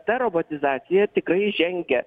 ta robotizacija tikrai žengia